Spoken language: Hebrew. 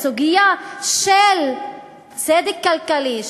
הסוגיה של צדק כלכלי,